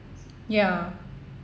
ya